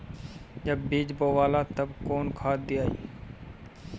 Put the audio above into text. जब बीज बोवाला तब कौन खाद दियाई?